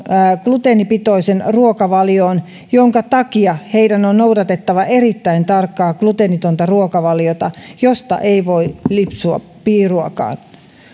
gluteenipitoiseen ruokavalioon minkä takia sairastuneiden on noudatettava erittäin tarkkaa gluteenitonta ruokavaliota josta ei voi lipsua piiruakaan